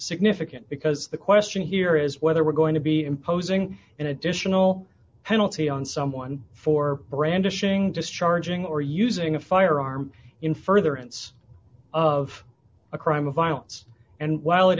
significant because the question here is whether we're going to be imposing an additional penalty on someone for brandishing discharging or using a firearm in furtherance of a crime of violence and while it